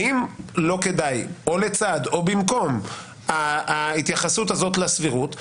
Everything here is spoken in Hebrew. האם לא כדאי לצד או במקום ההתייחסות הזאת לסבירות להגיד: